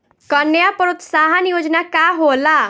कन्या प्रोत्साहन योजना का होला?